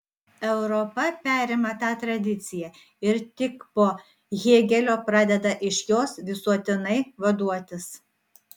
europa perima tą tradiciją ir tik po hėgelio pradeda iš jos visuotinai vaduotis